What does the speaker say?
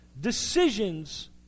decisions